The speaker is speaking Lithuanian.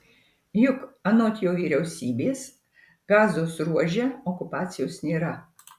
juk anot jo vyriausybės gazos ruože okupacijos nėra